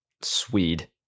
Swede